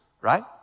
right